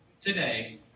today